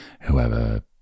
whoever